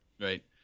Right